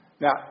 Now